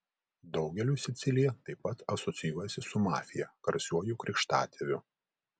daugeliui sicilija taip pat asocijuojasi su mafija garsiuoju krikštatėviu